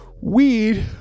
weed